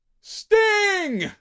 STING